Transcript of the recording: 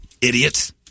Idiots